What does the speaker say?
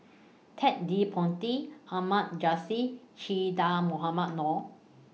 Ted De Ponti Ahmad Jais Che Dah Mohamed Noor